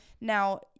now